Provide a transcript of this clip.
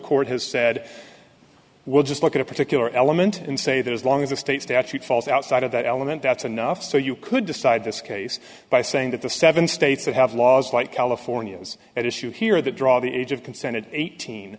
court has said we'll just look at a particular element and say that as long as the state statute falls outside of that element that's enough so you could decide this case by saying that the seven states that have laws like california has at issue here that draw the age of consent at eighteen